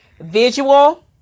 Visual